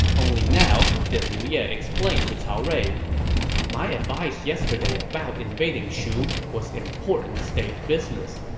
only now did liu ye explain to cao rui my advice yesterday about invading shu was important state business.